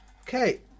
Okay